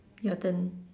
your turn